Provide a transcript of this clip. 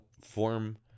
form